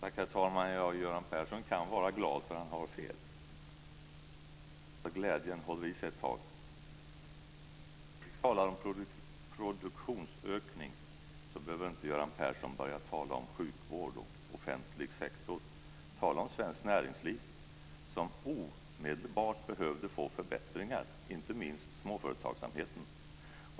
Herr talman! Göran Persson kan vara glad, för han har fel. Hoppas att glädjen håller i sig ett tag. När vi pratar om produktionsökning så behöver inte Göran Persson börja tala om sjukvård och offentlig sektor. Tala om svenskt näringsliv! De behöver omedelbart få förbättringar, inte minst småföretagsamheten.